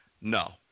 no